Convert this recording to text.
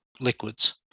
liquids